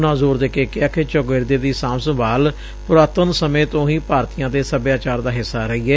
ਉਨ੍ਹਾਂ ਜ਼ੋਰ ਦੇ ਕੇ ਕਿਹਾ ਕਿ ਚੌਗਿਰਦੇ ਦੀ ਸਾਂਭ ਸੰਭਾਲ ਪੁਰਾਤਨ ਸਮੇਂ ਤੋਂ ਹੀ ਭਾਰਤੀਆਂ ਦੇ ਸਭਿਆਚਾਰ ਦਾ ਹਿੱਸਾ ਰਹੀ ਏ